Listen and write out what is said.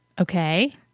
Okay